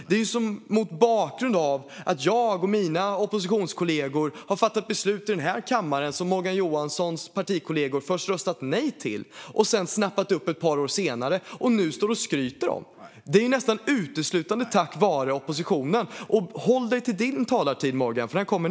Det är ju mot bakgrund av att jag och mina oppositionskollegor har fattat beslut i denna kammare som Morgan Johanssons partikollegor först röstat nej till, sedan snappat upp ett par år senare - och nu står och skryter om. Det är nästan uteslutande tack vare oppositionen. Morgan Johansson försöker bemöta det jag säger medan jag fortfarande talar.